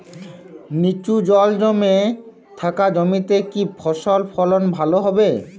নিচু জল জমে থাকা জমিতে কি ফসল ফলন ভালো হবে?